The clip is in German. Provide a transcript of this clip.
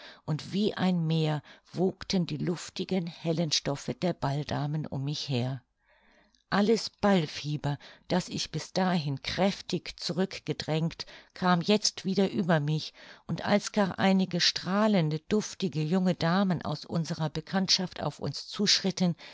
und wie ein meer wogten die luftigen hellen stoffe der balldamen um mich her alles ballfieber das ich bis dahin kräftig zurück gedrängt kam jetzt wieder über mich und als gar einige strahlende duftige junge damen aus unserer bekanntschaft auf uns zuschritten